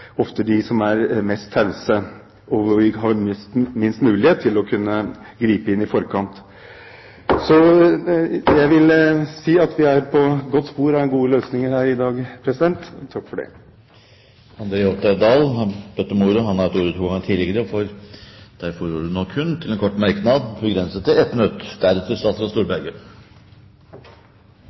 mest tause, og her vi har minst mulighet til å gripe inn i forkant. Jeg vil si at vi er på godt spor av gode løsninger her i dag. Representanten André Oktay Dahl har hatt ordet to ganger tidligere og får ordet til en kort merknad, begrenset til 1 minutt. Dette er ikke for å være vrien og